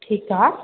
ठीकु आहे